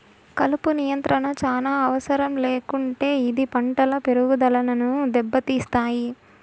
కలుపు నియంత్రణ చానా అవసరం లేకుంటే ఇది పంటల పెరుగుదనను దెబ్బతీస్తాయి